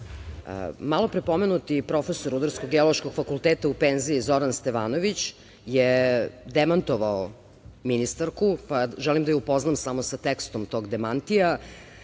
Malopre pomenuti profesor Rudarsko-geološkog fakulteta u penziji, Zoran Stevanović, je demantovao ministarku, pa želim da je upoznam samo sa tekstom tog demantija. Kaže